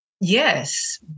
Yes